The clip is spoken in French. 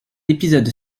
épisode